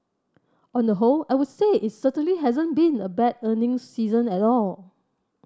on the whole I would say it certainly hasn't been a bad earnings season at all